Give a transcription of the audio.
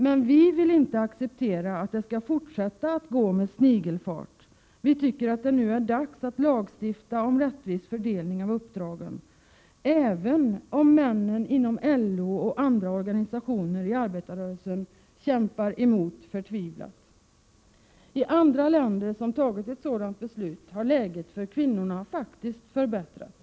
Men vi vill inte acceptera att det skall fortsätta att gå med ”snigelfart”. Vi tycker att det nu är dags att lagstifta om rättvis fördelning av uppdragen, även om männen inom LO och andra organisationer i arbetarrörelsen kämpar emot förtvivlat. I andra länder som har fattat ett sådant beslut har läget för kvinnorna faktiskt förbättrats.